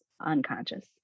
unconscious